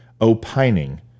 opining